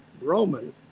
Roman